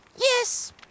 Yes